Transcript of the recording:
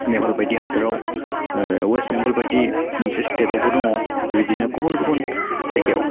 नेपाल बायदि हादोराव अवेस बेंगल बायदि मोनसे स्टेटआवबो दङ बेबायदिनो गुबुन गुबुन जायगायाव